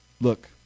Look